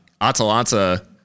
Atalanta